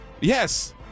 yes